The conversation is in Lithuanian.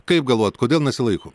kaip galvojat kodėl nesilaiko